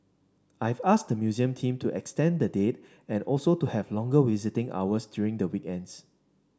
I've asked the museum team to extend the date and also to have longer visiting hours during the weekends